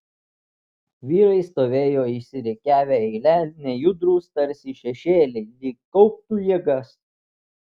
vyrai stovėjo išsirikiavę eile nejudrūs tarsi šešėliai lyg kauptų jėgas